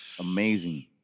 Amazing